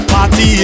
Party